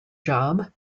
job